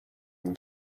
than